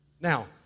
now